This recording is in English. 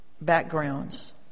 backgrounds